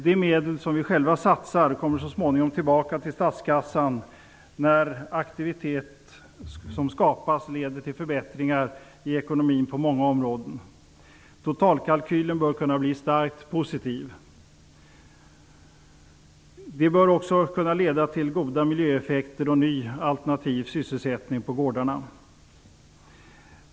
De medel som vi själva satsar kommer så småningom tillbaka till statskassan när den aktivitet som skapas leder till förbättringar i ekonomin på många områden. Totalkalkylen bör kunna bli starkt positiv. Dessa medel bör också kunna leda till goda miljöeffekter och en ny alternativ sysselsättning på gårdarna.